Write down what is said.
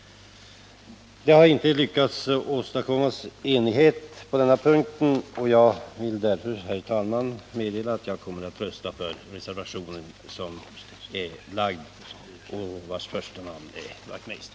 Det har inte varit möjligt att åstadkomma enighet i utskottet på den här punkten. Jag vill därför, herr talman, meddela att jag kommer att rösta för den reservation som är fogad vid betänkandet och vars första namn är Hans Wachtmeister.